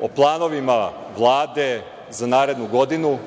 o planovima Vlade za narednu godinu,